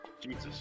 Jesus